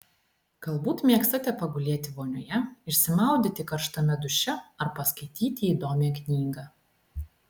galbūt mėgstate pagulėti vonioje išsimaudyti karštame duše ar paskaityti įdomią knygą